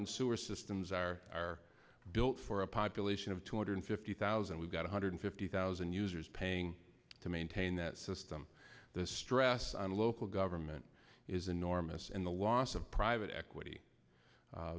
and sewer systems are built for a population of two hundred fifty thousand we've got one hundred fifty thousand users paying to maintain that system the stress on local government is enormous and the loss of private equity